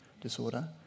disorder